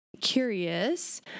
curious